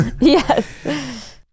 Yes